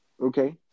Okay